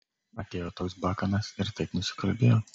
atėjo toks bakanas ir taip nusikalbėjo